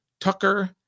Tucker